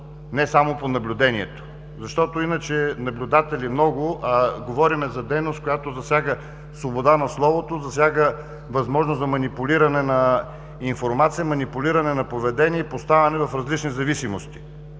не само по наблюдението? Иначе наблюдатели много, а говорим за дейност, която засяга свобода на словото, засяга възможност за манипулиране на информация, манипулиране на поведение и поставяне в различни зависимости.